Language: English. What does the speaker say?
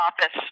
office